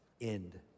end